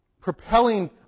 propelling